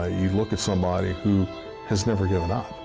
ah you look at somebody who has never given up.